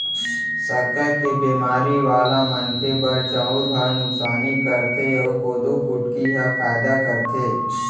सक्कर के बेमारी वाला मनखे बर चउर ह नुकसानी करथे अउ कोदो कुटकी ह फायदा करथे